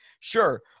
Sure